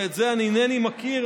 את זה אני אינני מכיר,